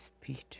Peter